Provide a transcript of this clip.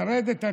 לרדת?